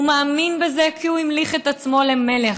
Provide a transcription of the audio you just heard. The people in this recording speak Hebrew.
הוא מאמין בזה כי הוא המליך את עצמו למלך,